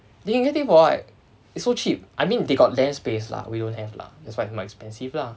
they can get for what is so cheap I mean they got land space lah we don't have lah that's why more expensive lah